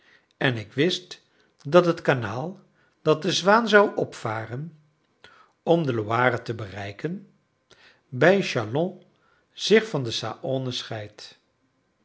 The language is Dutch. en ik wist dat het kanaal dat de zwaan zou opvaren om de loire te bereiken bij chalon zich van de